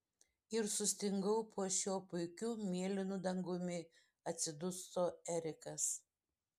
ir sustingau po šiuo puikiu mėlynu dangumi atsiduso erikas